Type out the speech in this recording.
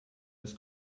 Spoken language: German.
das